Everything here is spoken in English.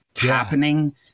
happening